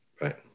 right